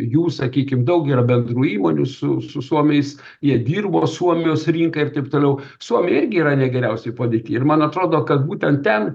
jų sakykim daug yra bendrų įmonių su su suomiais jie dirbo suomijos rinkai ir taip toliau suomija irgi yra ne geriausioj padėty ir man atrodo kad būtent ten